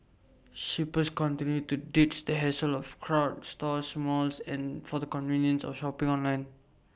shoppers continue to ditch the hassle of crowded stores malls and for the convenience of shopping online